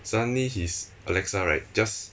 like suddenly his alexa right just